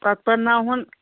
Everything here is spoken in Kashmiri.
پَتہٕ پَرناوہون